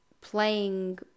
playing